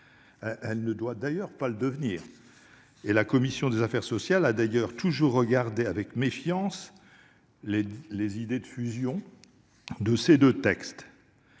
elle ne doit pas le devenir, et la commission des affaires sociales a d'ailleurs toujours regardé avec méfiance les idées de fusion entre ces deux textes.